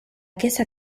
chiesa